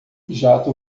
jato